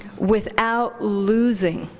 without losing